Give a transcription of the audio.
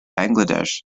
bangladesh